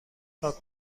پاک